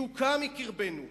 יוקא מקרבנו.